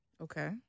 Okay